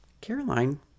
Caroline